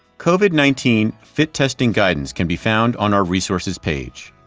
covid nineteen fit testing guidance can be found on our resources page.